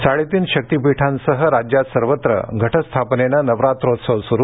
साडेतीन शक्तीपीठांसह राज्यात सर्वत्र घटस्थापनेनं नवरात्रोत्सव सुरू